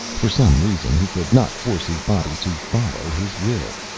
for some reason he could not force his body to follow his will.